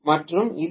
மற்றும் இது வி